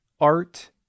art